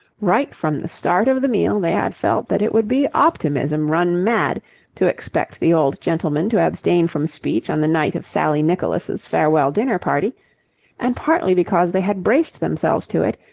right from the start of the meal they had felt that it would be optimism run mad to expect the old gentleman to abstain from speech on the night of sally nicholas' farewell dinner party and partly because they had braced themselves to it,